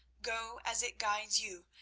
go as it guides you,